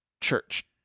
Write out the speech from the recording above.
church